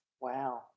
Wow